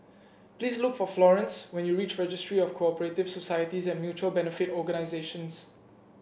please look for Florance when you reach Registry of Co operative Societies and Mutual Benefit Organisations